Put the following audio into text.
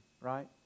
right